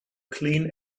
clean